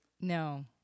No